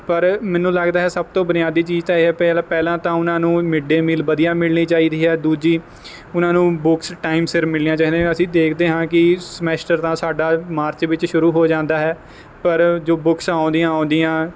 ਪਰ ਮੈਨੂੰ ਲੱਗਦਾ ਹੈ ਸਭ ਤੋਂ ਬੁਨਿਆਦੀ ਚੀਜ਼ ਤਾਂ ਇਹ ਪਹਿਲ ਪਹਿਲਾਂ ਤਾਂ ਉਹਨਾਂ ਨੂੰ ਮਿਡ ਡੇ ਮੀਲ ਵਧੀਆ ਮਿਲਣੀ ਚਾਹੀਦੀ ਹੈ ਦੂਜੀ ਉਹਨਾਂ ਨੂੰ ਬੁੱਕਸ ਟਾਈਮ ਸਿਰ ਮਿਲਣੀਆਂ ਚਾਹੀਦੀਆਂ ਅਸੀਂ ਦੇਖਦੇ ਹਾਂ ਕਿ ਸਮੈਸਟਰ ਤਾਂ ਸਾਡਾ ਮਾਰਚ ਵਿੱਚ ਸ਼ੁਰੂ ਹੋ ਜਾਂਦਾ ਹੈ ਪਰ ਜੋ ਬੁੱਕਸ ਆਉਂਦੀਆਂ ਆਉਂਦੀਆਂ